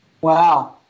Wow